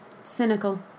cynical